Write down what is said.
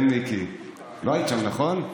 כן, מיקי, לא הייתם שם, נכון?